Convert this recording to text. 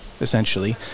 essentially